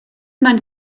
man